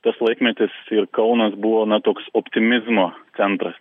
tas laikmetis ir kaunas buvo toks optimizmo centras